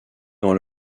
dans